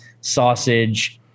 sausage